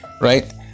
right